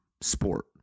sport